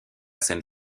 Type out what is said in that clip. scène